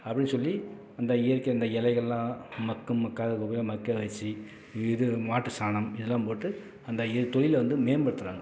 அப்படின்னு சொல்லி அந்த இயற்கை அந்த இலைகள்லாம் மக்கும் மக்காத குப்பை எல்லாம் மக்க வச்சு இது மாட்டு சாணம் இதெல்லாம் போட்டு அந்த இ தொழில வந்து மேம்படுத்துறாங்க